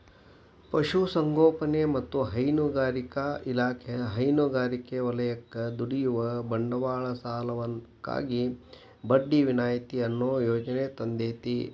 ಪಶುಸಂಗೋಪನೆ ಮತ್ತ ಹೈನುಗಾರಿಕಾ ಇಲಾಖೆ ಹೈನುಗಾರಿಕೆ ವಲಯಕ್ಕ ದುಡಿಯುವ ಬಂಡವಾಳ ಸಾಲಕ್ಕಾಗಿ ಬಡ್ಡಿ ವಿನಾಯಿತಿ ಅನ್ನೋ ಯೋಜನೆ ತಂದೇತಿ